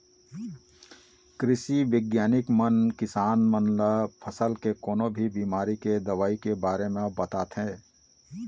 कृषि बिग्यानिक मन किसान मन ल फसल के कोनो भी बिमारी के दवई के बारे म बताथे